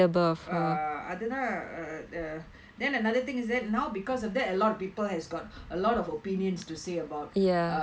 err அதுதா:athuthaa uh then another thing is that now because of that a lot of people has got a lot of opinions to say about err you know this issue when initially she is the [one] that she ah okay so